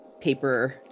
paper